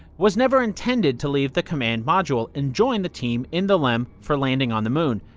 was never intended to leave the command module and join the team in the lem for landing on the moon.